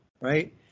Right